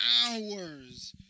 hours